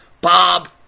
Bob